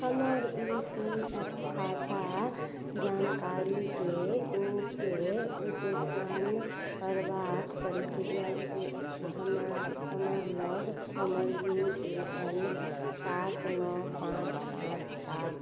हमर E P F खाता जानकारीके के अद्यतन करबाक प्रक्रिया कि अछि हमर हमरलग हमर यू ए एन सात नओ पाँच पाँच सात